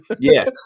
Yes